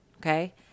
okay